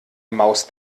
maus